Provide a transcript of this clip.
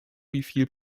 wieviel